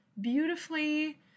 beautifully